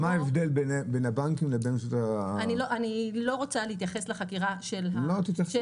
מה ההבדל בין הבנקים לבין --- אני לא רוצה להתייחס לחקירה הקיימת.